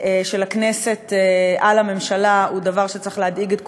של הכנסת על הממשלה הוא דבר שצריך להדאיג את כולנו,